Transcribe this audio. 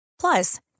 Plus